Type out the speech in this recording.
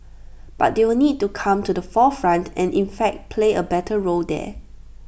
but they will need to come to the forefront and in fact play A better role there